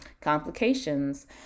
complications